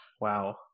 Wow